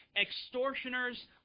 extortioners